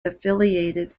affiliated